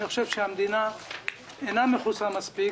אני חושב שהמדינה אינה מכוסה מספיק,